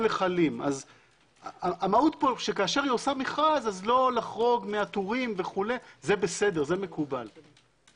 זה לא הופך אותה לזרוע ביצועית של הרשות המקומית ואין זהות בכלל